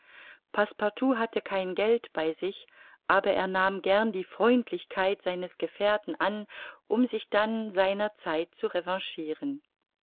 hatte kein geld bei sich aber er nahm gern die freundlichkeit seines gefährten an um sich dann seiner zeit zu revanchiren